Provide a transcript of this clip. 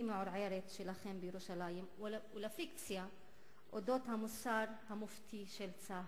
מעורערת שלכם בירושלים ולפיקציה על המוסר המופתי של צה"ל.